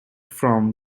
from